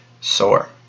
sore